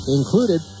Included